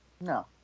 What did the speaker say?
No